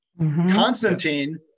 Constantine